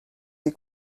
ses